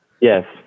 yes